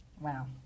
Wow